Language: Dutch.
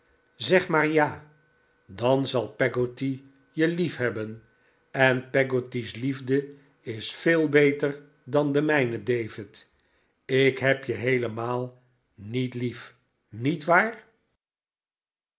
zeg maar ja dan zal peggotty je liefhebben en peggotty's liefde is veel beter dan de mijne david ik heb je heelemaal niet lief niet waar